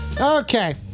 Okay